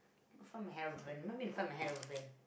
go find my hair rubber band remind me to find my hair rubber band